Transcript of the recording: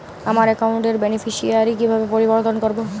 আমার অ্যাকাউন্ট র বেনিফিসিয়ারি কিভাবে পরিবর্তন করবো?